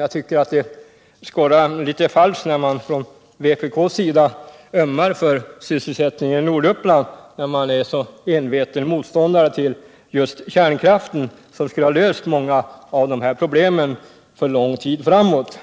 Jag tycker att det skorrar litet falskt när vpk säger sig ömma för sysselsättningen i Norduppland samtidigt som vpk är en så enveten motståndare till just kärnkraften, som skulle ha löst många av de här problemen för lång tid framåt.